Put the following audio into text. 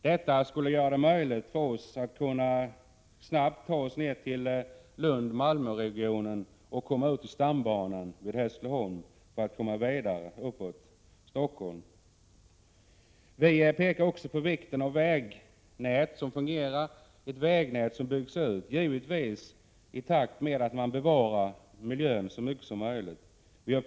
Detta skulle göra det möjligt för oss att snabbt ta oss ned till Lund-Malmö-regionen och komma ut till stambanan vid Hässleholm för att komma vidare uppåt Stockholm. Vi framhåller också vikten av ett vägnät som fungerar, ett vägnät som byggsut, givetvis i takt med att man så mycket som möjligt bevarar miljön. Vi hart.ex.